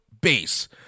base